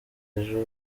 ejo